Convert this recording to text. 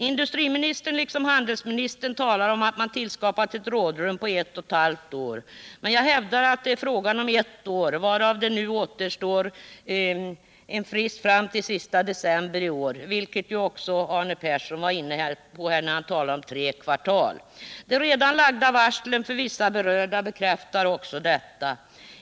Industriministern talade liksom handelsministern om att man tillskapat ett rådrum på ett och ett halvt år, men jag hävdar att det är fråga om ett år, varav det nu återstår en frist fram till den 31 december i år, vilket ju också Arne Persson berörde när han talade om att tre kvartal återstod. De redan meddelade varslen för vissa berörda bekräftade detta.